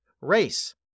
race